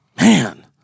Man